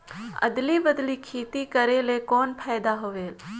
अदली बदली खेती करेले कौन फायदा होयल?